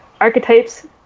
Archetypes